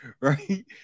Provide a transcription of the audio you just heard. right